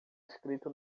escrito